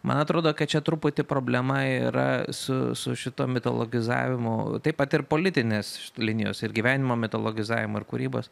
man atrodo kad čia truputį problema yra su su šituo mitologizavimu taip pat ir politinės linijos ir gyvenimo mitologizavimo ir kūrybos